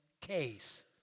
case